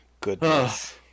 Goodness